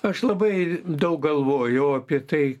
aš labai daug galvojau apie tai